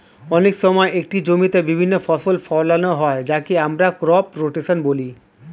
অনেক সময় একটি জমিতে বিভিন্ন ফসল ফোলানো হয় যাকে আমরা ক্রপ রোটেশন বলি